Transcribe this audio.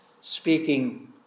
speaking